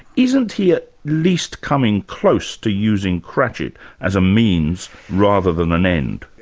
isn't he at least coming close to using cratchett as a means rather than an end?